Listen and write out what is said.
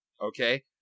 Okay